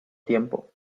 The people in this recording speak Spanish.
tiempo